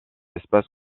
espace